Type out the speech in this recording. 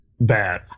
bad